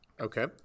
Okay